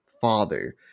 father